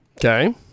Okay